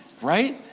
Right